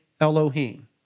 Elohim